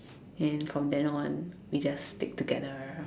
and from then on we just stick together